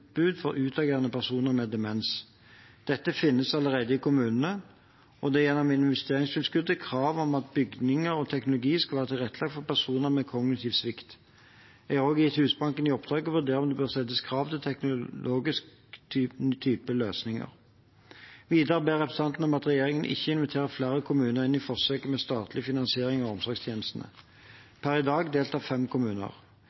for utagerende personer med demens. Dette finnes allerede i kommunene, og det er gjennom investeringstilskuddet krav om at bygninger og teknologi skal være tilrettelagt for personer med kognitiv svikt. Jeg har også gitt Husbanken i oppdrag å vurdere om det bør settes krav til teknologisk type løsninger. Videre ber representantene om at regjeringen ikke inviterer flere kommuner inn i forsøket med statlig finansiering av